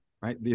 right